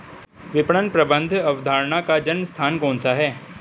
विपणन प्रबंध अवधारणा का जन्म स्थान कौन सा है?